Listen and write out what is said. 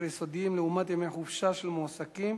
היסודיים ובין מספר ימי החופשה של מועסקים